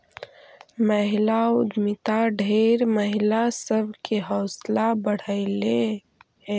महिला उद्यमिता ढेर महिला सब के हौसला बढ़यलई हे